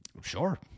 Sure